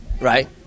Right